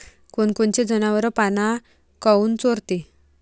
कोनकोनचे जनावरं पाना काऊन चोरते?